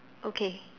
okay